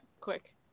quick